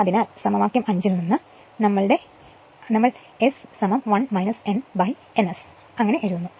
അതിനാൽ സമവാക്യം 5 ൽ നിന്ന് നമ്മൾ S 1 n n s